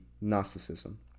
Gnosticism